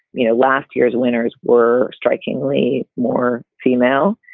you know, last year's winners were strikingly more female.